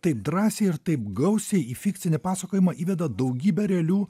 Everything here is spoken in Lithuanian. taip drąsiai ir taip gausiai į fikcinį pasakojimą įveda daugybę realių